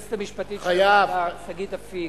היועצת המשפטית של הוועדה שגית אפיק,